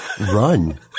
run